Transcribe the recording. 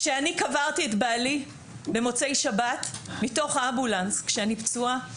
כשאני קברתי את בעלי במוצאי שבת מתוך אמבולנס כשאני פצועה,